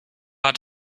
hat